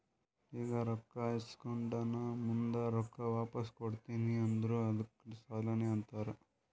ಈಗ ರೊಕ್ಕಾ ಇಸ್ಕೊಂಡ್ ನಾ ಮುಂದ ರೊಕ್ಕಾ ವಾಪಸ್ ಕೊಡ್ತೀನಿ ಅಂದುರ್ ಅದ್ದುಕ್ ಸಾಲಾನೇ ಅಂತಾರ್